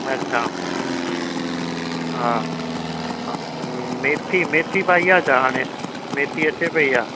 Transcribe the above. अच्छा हा मेथी मेथी बि आई आहे छा हाणे मेथी अचे पई या